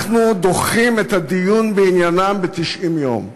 אנחנו דוחים את הדיון בעניינם ב-90 יום.